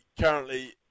currently